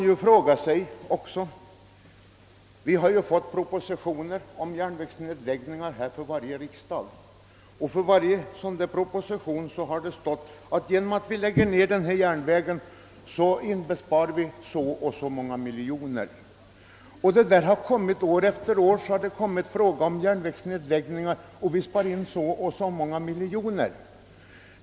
Vid varje riksdag har vi fått propositioner om järnvägsnedläggningar, och i varje proposition har det hetat att vi genom nedläggande av ifrågavarande järnväg inbesparar så och så många miljoner.